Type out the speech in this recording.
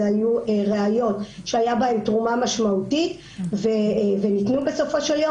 היו ראיות שהיה בהן תרומה משמעותית וניתנו בסופו של יום.